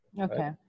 okay